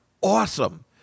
awesome